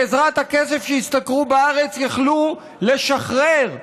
בעזרת הכסף שהשתכרו בארץ יכלו לשחרר,